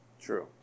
True